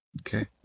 Okay